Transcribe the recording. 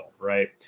right